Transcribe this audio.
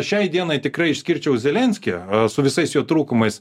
šiai dienai tikrai išskirčiau zelenskį su visais jo trūkumais